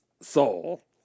Soul